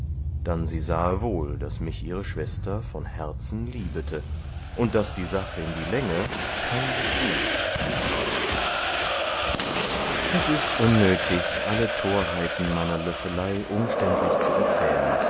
dann sie sahe wohl daß mich ihre schwester von herzen liebete und daß die sache in die länge kein gut tun würde es ist unnötig alle torheiten meiner löffelei umständlich zu erzählen